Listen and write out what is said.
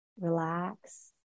Relax